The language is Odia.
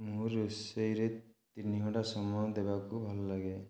ମୁଁ ରୋଷେଇରେ ତିନି ଘଣ୍ଟା ସମୟ ଦେବାକୁ ଭଲ ଲାଗେ